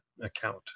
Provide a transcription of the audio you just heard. account